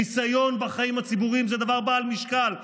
ניסיון בחיים הציבוריים זה דבר בעל משקל.